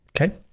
Okay